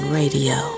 radio